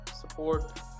support